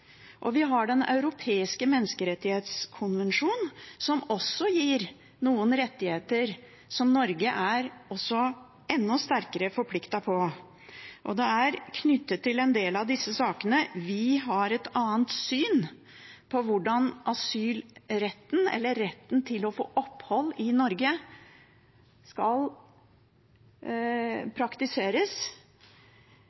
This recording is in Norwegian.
og vi har Den europeiske menneskerettskonvensjon, som også gir noen rettigheter, som Norge er enda sterkere forpliktet på. Det er knyttet til en del av disse sakene vi har et annet syn på hvordan asylretten eller retten til å få opphold i Norge skal